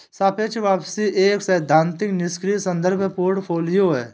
सापेक्ष वापसी एक सैद्धांतिक निष्क्रिय संदर्भ पोर्टफोलियो है